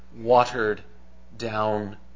watered-down